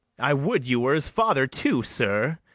i would you were his father too, sir!